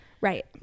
Right